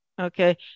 Okay